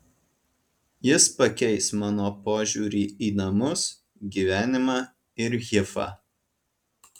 jis pakeis mano požiūrį į namus gyvenimą ir hifą